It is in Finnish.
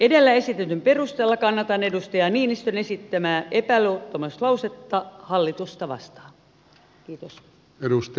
edellä esitetyn perusteella kannatan edustaja niinistön esittämää epäluottamuslausetta hallitusta vastaan